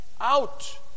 out